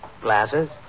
glasses